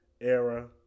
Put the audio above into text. era